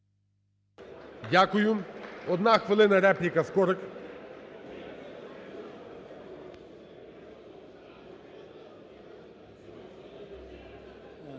Дякую. Одна хвилина репліка, Скорик.